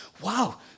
wow